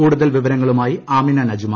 കൂടുതൽ വിവരങ്ങളുമായി ആ്മിന്റെ നജുമ